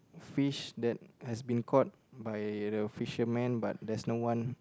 fish that has been caught by the fisherman but there's no one